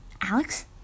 Alex